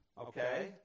okay